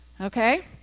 Okay